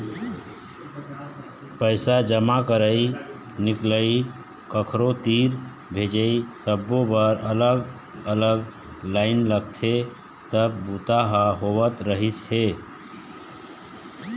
पइसा जमा करई, निकलई, कखरो तीर भेजई सब्बो बर अलग अलग लाईन लगथे तब बूता ह होवत रहिस हे